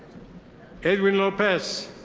edwin lopez.